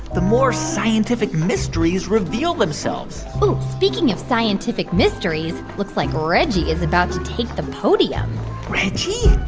the more scientific mysteries reveal themselves oh, speaking of scientific mysteries, looks like reggie is about to take the podium reggie?